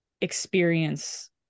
experience